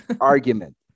argument